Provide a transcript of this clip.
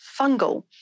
fungal